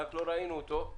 רק לא ראינו אותו.